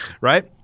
right